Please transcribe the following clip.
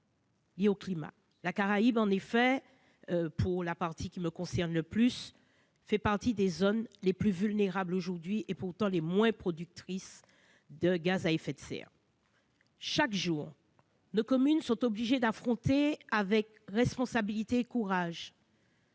La Caraïbe, pour la partie qui me concerne le plus, fait en effet partie des zones les plus vulnérables et, pourtant, les moins productrices de gaz à effet de serre. Au quotidien, nos communes sont obligées d'affronter, avec responsabilité et courage,